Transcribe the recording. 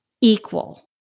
equal